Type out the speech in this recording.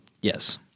Yes